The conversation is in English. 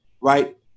right